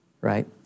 right